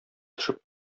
төшеп